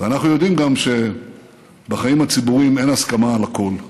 ואנחנו יודעים גם שבחיים הציבוריים אין הסכמה על הכול.